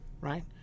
Right